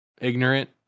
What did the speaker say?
ignorant